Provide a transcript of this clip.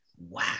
wow